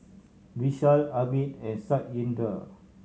Vishal Amit and Satyendra